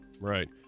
right